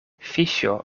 fiŝo